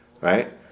Right